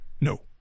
No